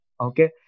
Okay